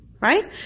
Right